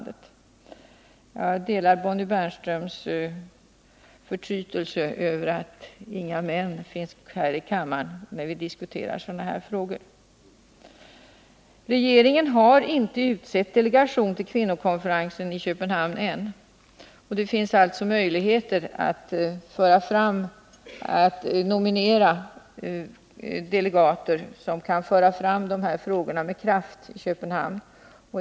Jag delar Bonnie Bernströms förtrytelse över att inga män finns i kammaren när vi diskuterar dessa frågor. Regeringen har ännu inte utsett någon delegation till kvinnokonferensen i Köpenhamn, och det finns alltså möjligheter att nominera delegater som kan föra fram de här frågorna med kraft i Köpenhamn.